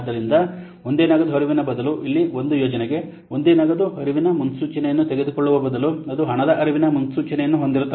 ಆದ್ದರಿಂದ ಒಂದೇ ನಗದು ಹರಿವಿನ ಬದಲು ಇಲ್ಲಿ ಒಂದು ಯೋಜನೆಗೆ ಒಂದೇ ನಗದು ಹರಿವಿನ ಮುನ್ಸೂಚನೆಯನ್ನು ತೆಗೆದುಕೊಳ್ಳುವ ಬದಲು ಅದು ಹಣದ ಹರಿವಿನ ಮುನ್ಸೂಚನೆಯನ್ನು ಹೊಂದಿಸುತ್ತದೆ